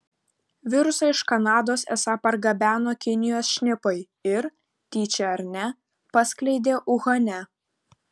virusą iš kanados esą pargabeno kinijos šnipai ir tyčia ar ne paskleidė uhane